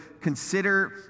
consider